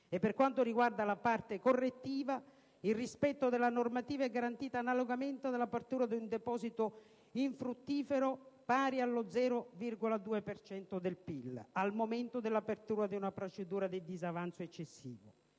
per quanto riguarda la parte correttiva, il rispetto della normativa è garantito analogamente dall'apertura di un deposito infruttifero pari allo 0,2 per cento del PIL al momento dell'apertura di una procedura di disavanzo eccessivo.